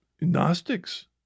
Gnostics